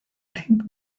think